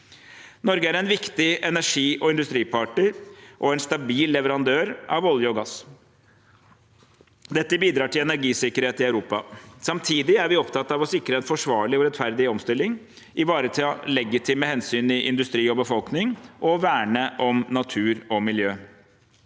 Norge er en viktig energi- og industripartner og en stabil leverandør av olje og gass. Dette bidrar til energisikkerhet i Europa. Samtidig er vi opptatt av å sikre en forsvarlig og rettferdig omstilling, ivareta legitime hensyn i industri og befolkning og verne om natur og miljø.